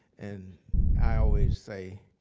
and i always say